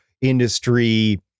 industry